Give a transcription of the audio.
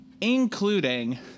including